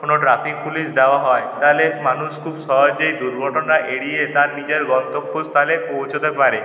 কোনো traffic police দেওয়া হয় তাহলে মানুষ খুব সহজেই দুর্ঘটনা এড়িয়ে তার নিজের গন্তব্যস্থলে পৌঁছতে পারে